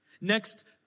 Next